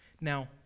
Now